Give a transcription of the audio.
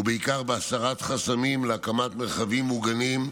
ובעיקר בהסרת חסמים להקמת מרחבים מוגנים,